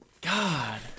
God